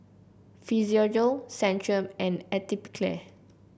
Physiogel Centrum and Atopiclair